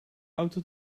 auto